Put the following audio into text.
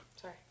Sorry